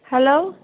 hello